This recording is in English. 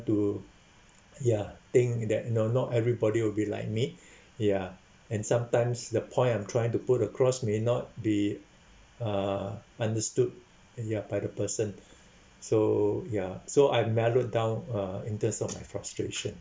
to ya think that you know not everybody will be like me ya and sometimes the point I'm trying to put across may not be uh understood ya by the person so ya so I mellowed down uh in terms of my frustration